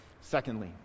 Secondly